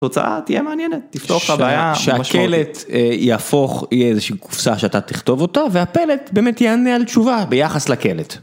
תוצאה תהיה מעניינת, תפתור ת'בעיה. שהקלט יהפוך יהיה איזושהי קופסה שאתה תכתוב אותה והפלט באמת יענה על תשובה ביחס לקלט.